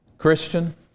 Christian